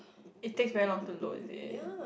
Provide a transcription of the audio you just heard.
it takes very long to load is it